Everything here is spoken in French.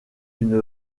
une